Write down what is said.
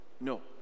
No